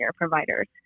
providers